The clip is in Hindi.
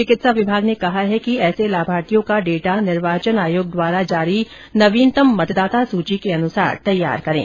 चिकित्सा विभाग ने कहा है कि ऐसे लाभार्थियों का डेटा निर्वाचन आयोग द्वारा जारी नवीनतम मतदाता सूची के अनुसार तैयार करें